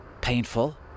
painful